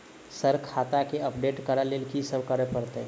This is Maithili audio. सर खाता केँ अपडेट करऽ लेल की सब करै परतै?